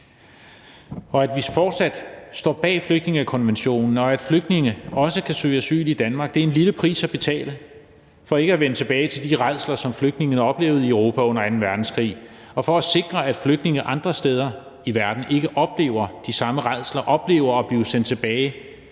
at vi fortsat står bag flygtningekonvention, og at flygtninge også kan søge asyl i Danmark, er en lille pris at betale for ikke at vende tilbage til de rædsler, som flygtninge oplevede i Europa under anden verdenskrig, og for at sikre, at flygtninge andre steder i verden ikke oplever de samme rædsler og oplever at blive sendt tilbage